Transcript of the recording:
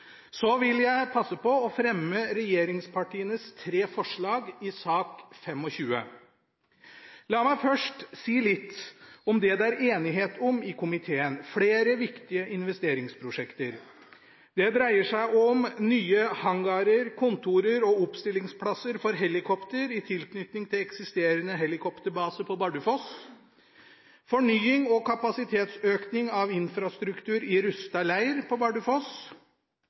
Så vil jeg passe på å fremme regjeringspartienes tre forslag i sak nr. 25. La meg først si litt om det det er enighet om i komiteen – flere viktige investeringsprosjekter. Det dreier seg om nye hangarer, kontor og oppstillingsplasser for helikopter i tilknytning til eksisterende helikopterbase på Bardufoss fornying og kapasitetsøkning av infrastruktur i Rusta leir på Bardufoss